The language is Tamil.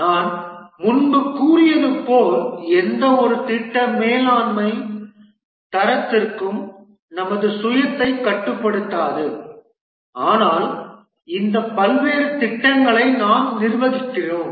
நான் முன்பு கூறியது போல் எந்தவொரு திட்ட மேலாண்மை தரத்திற்கும் நமது சுயத்தை கட்டுப்படுத்தாது ஆனால் இந்த பல்வேறு திட்டங்களை நாம் நிர்வகிக்கிறோம்